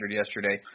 yesterday